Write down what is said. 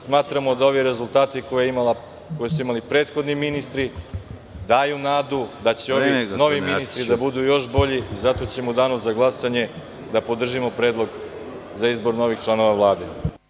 Smatramo da ovi rezultati koje su imali prethodni ministri daju nadu da će ovi novi ministri da budu još bolji i zato ćemo u Danu za glasanje da podržimo Predlog za izbor novih članova Vlade.